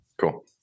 Cool